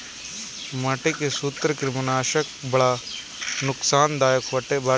माटी के सूत्रकृमिनाशक बड़ा नुकसानदायक बाटे